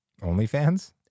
OnlyFans